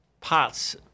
parts